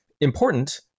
important